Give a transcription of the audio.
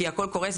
כי הכל קורס,